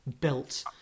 built